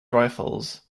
rifles